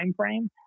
timeframe